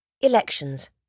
Elections